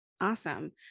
Awesome